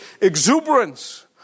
exuberance